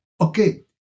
Okay